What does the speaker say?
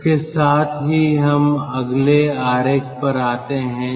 इसके साथ ही हम अगले आंकड़े पर आते हैं